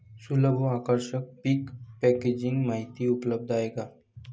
सुलभ व आकर्षक पीक पॅकेजिंग माहिती उपलब्ध आहे का?